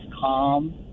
calm